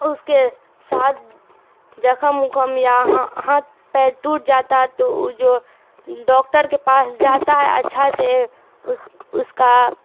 اس کے ساتھ زخم اخم یا ہاتھ پیر ٹوٹ جاتا ہے تو وہ جو ڈاکٹر کے پاس جاتا ہے اچھا سے اس اس کا